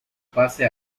pase